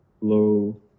low